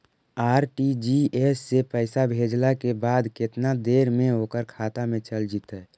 RTGS से पैसा भेजला के बाद केतना देर मे ओकर खाता मे चल जितै?